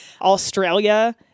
Australia